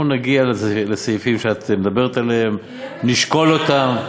אנחנו נגיע לסעיפים שאת מדברת עליהם, נשקול אותם,